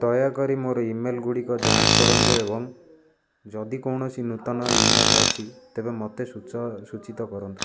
ଦୟାକରି ମୋର ଇମେଲଗୁଡ଼ିକ ଯାଞ୍ଚ କରନ୍ତୁ ଏବଂ ଯଦି କୌଣସି ନୂତନ ଇମେଲ୍ ଅଛି ତେବେ ମୋତେ ସୁଚ ସୂଚିତ କରନ୍ତୁ